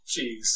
Jeez